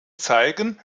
zeigen